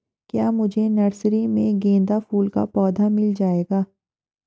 क्या मुझे नर्सरी में गेंदा फूल का पौधा मिल जायेगा?